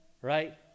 right